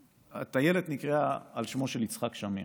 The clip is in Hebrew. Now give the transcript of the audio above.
הטיילת נקראה על שמו של יצחק שמיר,